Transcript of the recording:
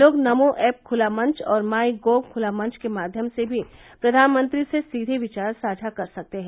लोग नमो ऐप खुला मंच और माइ गोव खुला मंच के माध्यम से भी प्रधानमंत्री से सीवे विचार साझा कर सकते हैं